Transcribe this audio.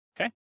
Okay